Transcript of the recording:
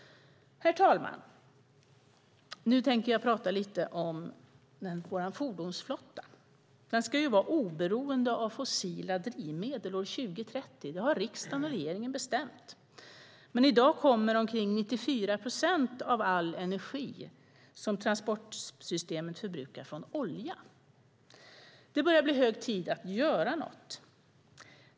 Herr talman! Riksdagen och regeringen har beslutat att fordonsflottan ska vara oberoende av fossila drivmedel år 2030. I dag kommer omkring 94 procent av all energi som transportsystemet förbrukar från olja. Det börjar bli hög tid att göra något.